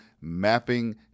mapping